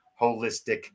holistic